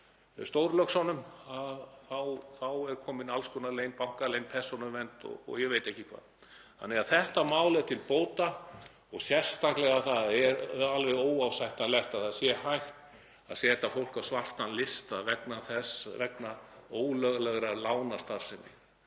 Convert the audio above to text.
að stórlöxunum að þá er komin alls konar leynd, bankaleynd, persónuvernd og ég veit ekki hvað. Þannig að þetta mál er til bóta og sérstaklega að það er alveg óásættanlegt að það sé hægt að setja fólk á svartan lista vegna ólöglegrar lánastarfsemi.